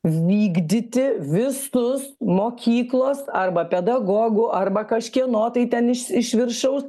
vykdyti visus mokyklos arba pedagogų arba kažkieno tai ten iš iš viršaus